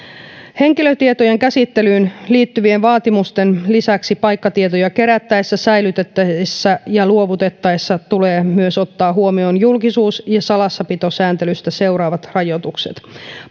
henkilötietojen käsittelyyn liittyvien vaatimusten lisäksi paikkatietoja kerättäessä säilytettäessä ja luovutettaessa tulee myös ottaa huomioon julkisuus ja salassapitosääntelystä seuraavat rajoitukset